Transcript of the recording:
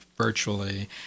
virtually